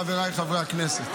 חבריי חברי הכנסת,